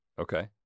Okay